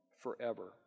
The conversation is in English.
forever